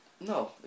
No